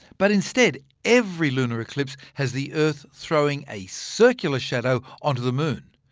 but instead, every lunar eclipse has the earth throwing a circular shadow onto the moon,